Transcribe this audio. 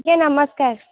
ଆଜ୍ଞା ନମସ୍କାର